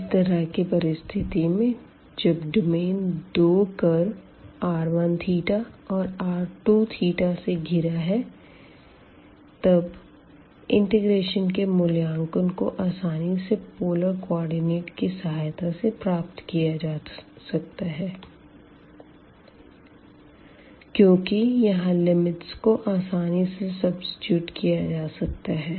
इस तरह की परिस्थिति में जब डोमेन दो कर्व r1θ और r2θ से घिरा है तब इंटीग्रेशन के मूल्यांकन को आसानी से पोलर कोऑर्डिनेट की सहायता से प्राप्त किया जा सकता है क्यूँकि यहाँ लिमिट्स को आसानी से सब्सिट्यूट किया जा सकता है